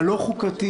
הלא חוקתי